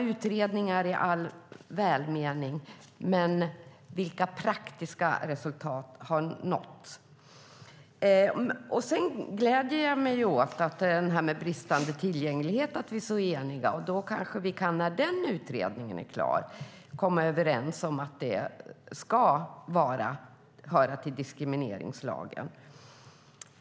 Utredningar i all välmening, men vilka praktiska resultat har nåtts? Jag gläder mig åt att vi är så eniga när det handlar om bristande tillgänglighet. När den utredningen är klar kanske vi kan komma överens om att det ska höra till diskrimineringslagen.